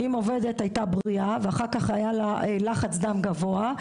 אם עובדת הייתה בריאה ואחר כך היה לה לחץ דם גבוה,